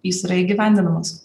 jis yra įgyvendinamas